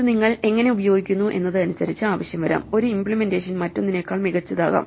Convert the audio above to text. ഇത് നിങ്ങൾ എങ്ങനെ ഉപയോഗിക്കുന്നു എന്നത് അനുസരിച്ച് ആവശ്യം വരാം ഒരു ഇമ്പ്ലിമെന്റേഷൻ മറ്റൊന്നിനേക്കാൾ മികച്ചതാകാം